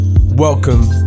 Welcome